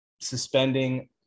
suspending